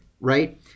right